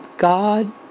God